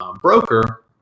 broker